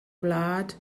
gwlad